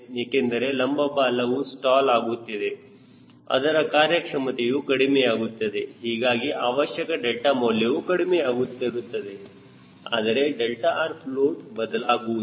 ಏಕೆಂದರೆ ಲಂಬ ಬಾಲವು ಸ್ಟಾಲ್ ಆಗುತ್ತಿದೆ ಅದರ ಕಾರ್ಯಕ್ಷಮತೆಯು ಕಡಿಮೆಯಾಗುತ್ತಿದೆ ಹೀಗಾಗಿ ಅವಶ್ಯಕ ಡೆಲ್ಟಾ ಮೌಲ್ಯವು ಕಡಿಮೆಯಾಗುತ್ತದೆ ಆದರೆ rfloat ಬದಲಾಗುವುದಿಲ್ಲ